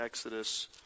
Exodus